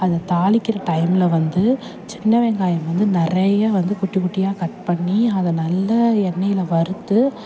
அதை தாளிக்கிற டைமில் வந்து சின்ன வெங்காயம் வந்து நிறையா வந்து குட்டி குட்டியாக கட் பண்ணி அதை நல்ல எண்ணெயில் வறுத்து